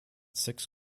six